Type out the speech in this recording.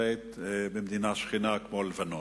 במדינה שכנה כמו לבנון.